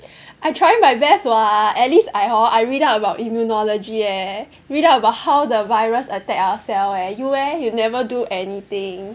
I'm trying my best [what] at least I hor I read up about immunology eh read up about how the virus attack ourself leh you leh you never do anything